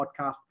podcast